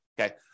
okay